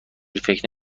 فکر